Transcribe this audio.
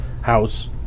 house